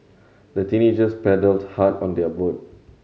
the teenagers paddled hard on their boat